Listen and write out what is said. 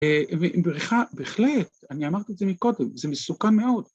‫בחלט, אני אמרתי את זה מקודם, ‫זה מסוכן מאוד.